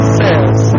says